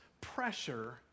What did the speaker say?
pressure